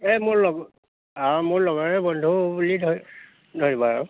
এই মোৰ লগৰ অঁ মোৰ লগৰে বন্ধু বুলি ধৰি ধৰিবা আৰু